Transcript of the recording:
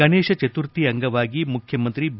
ಗಣೇಶ ಚತುರ್ಥಿ ಅಂಗವಾಗಿ ಮುಖ್ಯಮಂತ್ರಿ ಬಿ